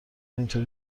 اینطوری